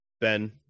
Ben